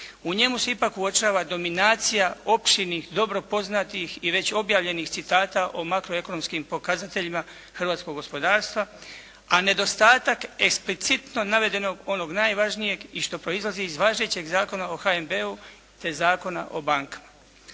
u njemu se ipak uočava dominacija opširnih dobro poznatih i već objavljenih citata o makroekonomskim pokazateljima hrvatskog gospodarstva, a nedostatak eksplicitno navedenog onog najvažnijeg i što proizlazi iz važećeg Zakona o HNB-u te Zakona o bankama.